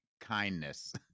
kindness